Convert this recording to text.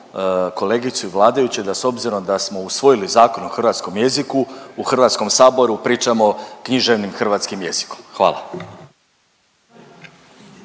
kolegicu i vladajuće da s obzirom da smo usvojili Zakon o hrvatskom jeziku u Hrvatskom saboru pričamo književnim hrvatskim jezikom. Hvala.